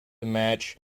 match